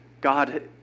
God